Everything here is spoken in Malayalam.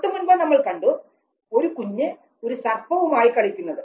തൊട്ട് മുൻപ് നമ്മൾ കണ്ടു ഒരു കുഞ്ഞ് ഒരു സർപ്പവുമായി കളിക്കുന്നത്